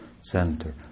center